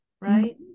right